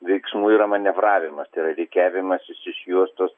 veiksmų yra manevravimas tai yra rikiavimasis iš juostos